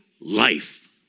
life